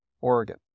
Oregon